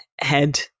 head